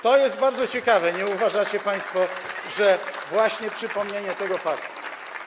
To jest bardzo ciekawe, nie uważacie państwo, to, że właśnie przypomnienie tego faktu?